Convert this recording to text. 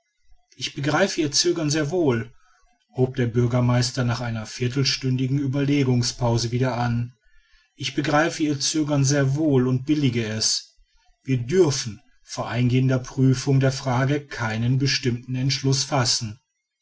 ich begreife ihr zögern sehr wohl hub der bürgermeister nach einer viertelstündigen ueberlegungspause wieder an ich begreife ihr zögern sehr wohl und billige es wir dürfen vor eingehender prüfung der frage keinen bestimmten entschluß fassen